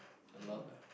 a lot ah